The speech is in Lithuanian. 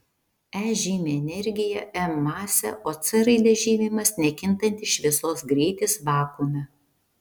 e žymi energiją m masę o c raide žymimas nekintantis šviesos greitis vakuume